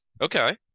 Okay